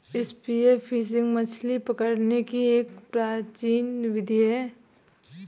spear fishing मछली पकड़ने की एक प्राचीन विधि है